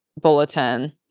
bulletin